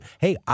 Hey